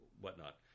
whatnot